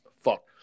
fuck